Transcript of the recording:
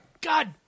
god